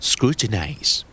Scrutinize